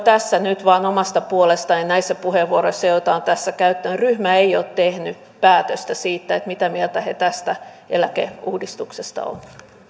tässä nyt vain omasta puolestani näissä puheenvuoroissa joita olen tässä käyttänyt ryhmä ei ole tehnyt päätöstä siitä mitä mieltä he tästä eläkeuudistuksesta